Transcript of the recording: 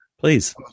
Please